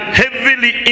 heavily